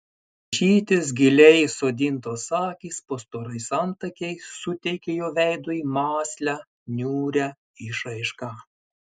mažytės giliai įsodintos akys po storais antakiais suteikė jo veidui mąslią niūrią išraišką